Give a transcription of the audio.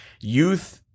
youth